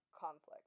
conflict